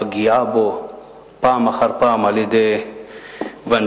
הפגיעה בו פעם אחר פעם על-ידי ונדליזם,